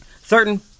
Certain